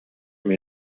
ону